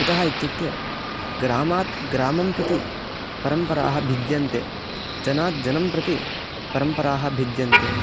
कुतः इत्युक्ते ग्रामात् ग्रामं प्रति परम्पराः भिद्यन्ते जनात् जनं प्रति परम्पराः भिद्यन्ते